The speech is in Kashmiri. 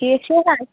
ٹھیٖک چھُو حظ